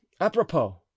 apropos